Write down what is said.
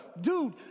dude